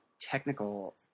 technical